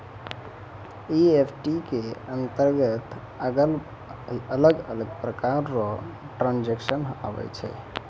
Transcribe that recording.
EFT के अंतरगत अलग अलग प्रकार रो ट्रांजेक्शन आवै छै